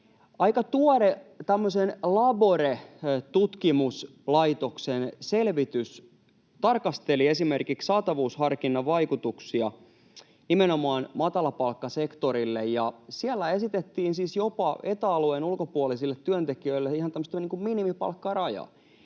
Aika tuore tämmöisen Labore-tutkimuslaitoksen selvitys tarkasteli esimerkiksi saatavuusharkinnan vaikutuksia nimenomaan matalapalkkasektorille, ja siellä esitettiin jopa Eta-alueen ulkopuolisille työntekijöille ihan tämmöistä minimipalkkarajaa.